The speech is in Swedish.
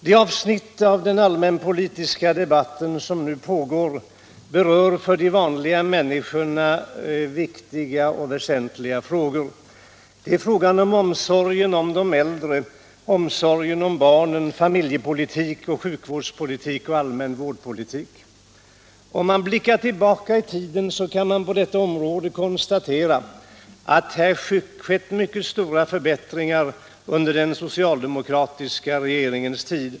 Det avsnitt i den allmänpolitiska debatten som nu pågår berör för de vanliga människorna viktiga och väsentliga frågor. Det är frågan om omsorgen om de äldre, omsorgen om barnen, familjepolitik och sjukvårdspolitik och även allmän vårdpolitik. Om man blickar tillbaka i tiden kan man på detta område konstatera, att här skett mycket stora förbättringar under den socialdemokratiska regeringens tid.